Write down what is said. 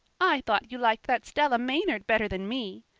i thought you liked that stella maynard better than me,